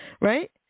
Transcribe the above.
Right